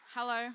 Hello